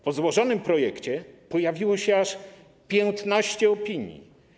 Po złożonym projekcie pojawiło się aż 15 opinii.